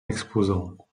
exposant